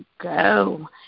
go